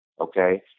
Okay